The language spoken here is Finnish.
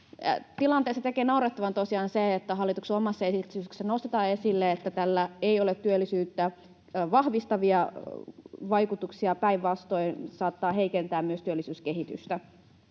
Tilanteesta tekee naurettavan tosiaan se, että hallituksen omassa esityksessä nostetaan esille, että tällä ei ole työllisyyttä vahvistavia vaikutuksia. Päinvastoin, tämä saattaa heikentää myös työllisyyskehitystä.